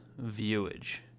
viewage